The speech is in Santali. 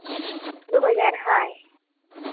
ᱫᱩ ᱦᱟᱡᱟᱨ ᱦᱳᱭ